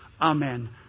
amen